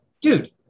dude